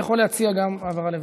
יכול להציע גם העברה לוועדה.